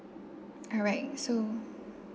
alright so